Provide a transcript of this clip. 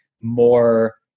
more